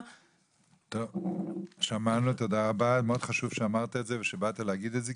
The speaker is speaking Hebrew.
מסמך מהפסיכולוג